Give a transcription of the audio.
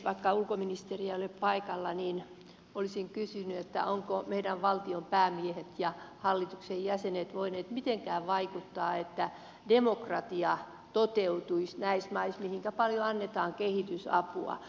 vaikka ulkoministeri ei ole paikalla niin olisin kysynyt ovatko meidän valtionpäämiehet ja hallituksen jäsenet voineet mitenkään vaikuttaa niin että demokratia toteutuisi näissä maissa mihinkä paljon annetaan kehitysapua